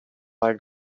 like